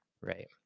Right